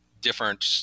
different